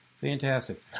Fantastic